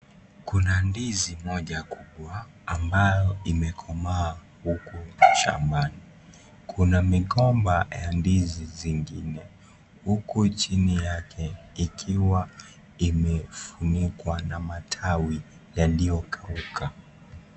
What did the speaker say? Kuna ndizi moja kubwa ambayo imekomaa huku shambani . Kuna migomba ya ndizi zingine huku chini yake ikiwa imefunikwa na matawi yaliyokauka.